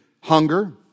hunger